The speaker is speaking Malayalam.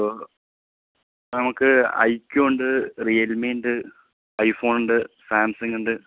ഇപ്പോൾ നമുക്ക് ഐ ക്യു ഉണ്ട് റിയൽ മീയുണ്ട് ഐ ഫോണുണ്ട് സാംസങ്ങുണ്ട്